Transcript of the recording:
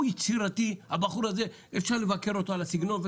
הוא יצירתי הבחור הזה, אפשר לבקר אותו על הסגנון.